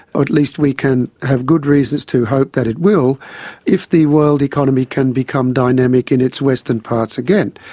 or at least we can have good reasons to hope that it will if the world economy can become dynamic in its western parts again.